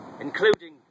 including